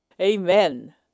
Amen